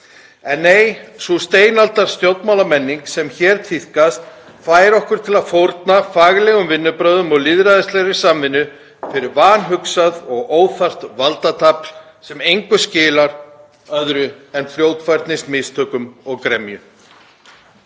En, nei, sú steinaldarstjórnmálamenning sem hér tíðkast fær okkur til að fórna faglegum vinnubrögðum og lýðræðislegri samvinnu fyrir vanhugsað og óþarft valdatafl sem engu skilar öðru en fljótfærnismistökum og gremju.